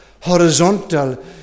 horizontal